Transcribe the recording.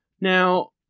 now